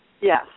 Yes